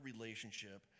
relationship